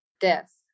death